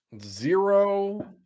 Zero